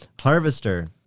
Harvester